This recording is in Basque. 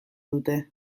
dute